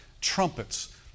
trumpets